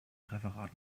referat